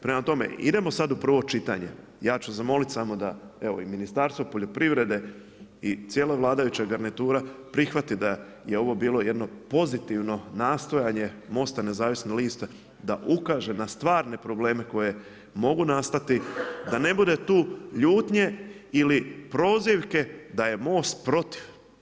Prema tome idemo sad u prvo čitanje, ja ću zamoliti samo da i Ministarstvo poljoprivrede i cijela vladajuća garnitura prihvati da je ovo bilo jedno pozitivno nastojanje MOST-a nezavisnih lista da ukaže na stvarne probleme koji mogu nastati, da ne bude tu ljutnje ili prozivke da je MOST protiv.